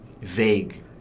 vague